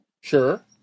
Sure